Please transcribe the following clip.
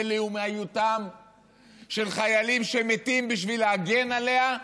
בלאומיותם של חיילים שמתים בשביל להגן עליה,